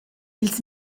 ils